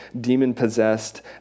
demon-possessed